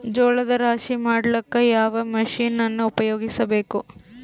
ಜೋಳದ ರಾಶಿ ಮಾಡ್ಲಿಕ್ಕ ಯಾವ ಮಷೀನನ್ನು ಉಪಯೋಗಿಸಬೇಕು?